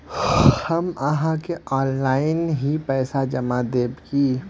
हम आहाँ के ऑनलाइन ही पैसा जमा देब की?